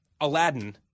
Aladdin